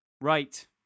right